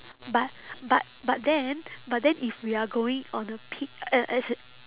but but but then but then if we are going on the peak uh as in